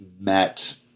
met